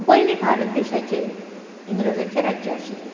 पयलीं भारत देशाचेर इंग्रजांचें राज्य आशिल्लें